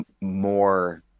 more